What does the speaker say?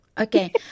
Okay